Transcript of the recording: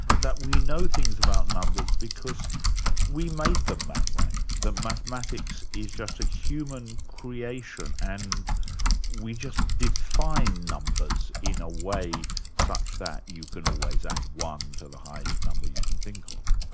that we know things about numbers because we made them that way. that mathematics is just a human creation and we just define numbers in a way such that you can always add one to the highest number you can think of.